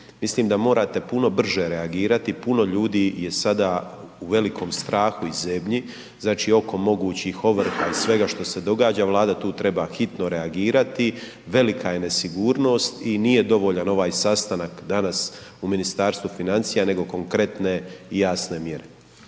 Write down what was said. mislim da morate puno brže reagirati, puno ljudi je sada u velikom strahu i zebnji oko mogućih ovrha i svega što se događa, Vlada tu treba hitno reagirati. Velika je nesigurnost i nije dovoljan ovaj sastanak danas u Ministarstvu financija nego konkretne i jasne mjere.